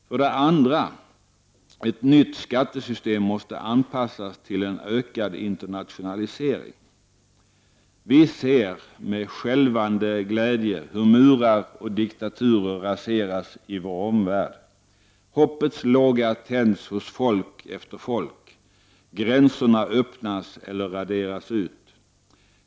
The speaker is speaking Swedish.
För det andra: Ett nytt skattesystem måste anpassas till en ökad internationalisering. Vi ser med skälvande glädje hur murar och diktaturer raseras i vår omvärld. Hoppets låga tänds hos folk efter folk. Gränserna öppnas eller raderas ut.